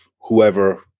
whoever